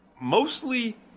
Mostly